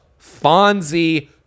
Fonzie